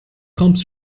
comes